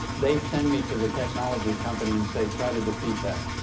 they send me to the technology company and say, try to defeat that.